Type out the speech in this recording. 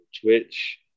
Twitch